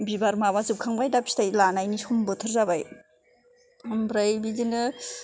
बिबार माबा जोबखांबाय दा फिथाइ लानायनि सम बोथोर जाबाय ओमफ्राय बिदिनो